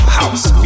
house